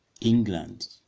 England